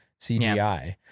CGI